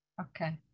Okay